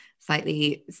slightly